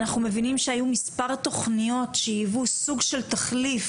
אנחנו מבינים שהיו מספר תוכניות שהיוו סוג של תחליף,